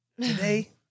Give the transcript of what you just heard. today